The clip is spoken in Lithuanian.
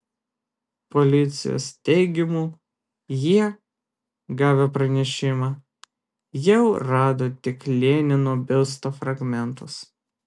policijos teigimu jie gavę pranešimą jau rado tik lenino biusto fragmentus